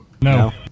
No